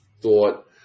thought